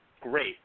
great